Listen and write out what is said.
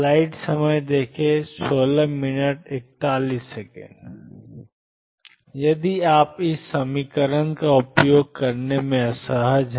यदि आप ⟨x ⟨x⟩p ⟨p⟩⟩⟨x ⟨x⟩2⟩ ⟨p ⟨p⟩2⟩ का उपयोग करने में असहज हैं